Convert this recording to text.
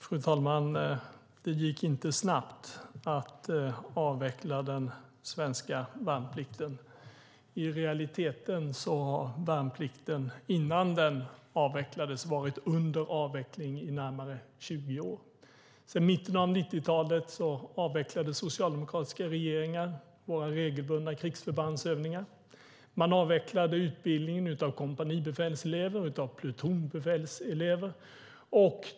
Fru talman! Att avveckla den svenska värnplikten gick inte snabbt. I realiteten var värnplikten redan innan den avvecklades i närmare 20 år under avveckling. Från mitten av 1990-talet avvecklade socialdemokratiska regeringar våra regelbundna krigsförbandsövningar. Man avvecklade utbildningen av kompanibefälselever och plutonbefälselever.